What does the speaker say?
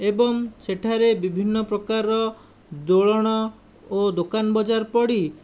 ଏବଂ ସେଠାରେ ବିଭିନ୍ନ ପ୍ରକାରର ଦୋଳଣ ଓ ଦୋକାନ ବଜାର ପଡ଼ି